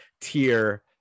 tier